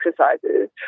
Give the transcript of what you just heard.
exercises